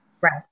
Right